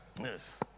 Yes